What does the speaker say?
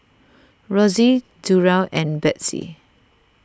Rosie Durell and Bethzy